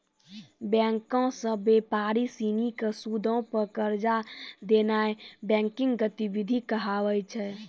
बैंको से व्यापारी सिनी के सूदो पे कर्जा देनाय बैंकिंग गतिविधि कहाबै छै